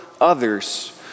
others